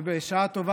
ובשעה טובה